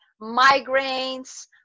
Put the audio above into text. migraines